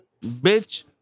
bitch